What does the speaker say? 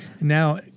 Now